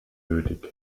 nötig